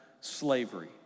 slavery